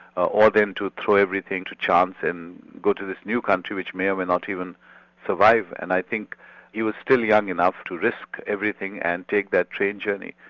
ah or then to throw everything to chance and go to this new country which may or may not even survive. and i think he was still young enough to risk everything and take that train journey.